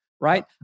right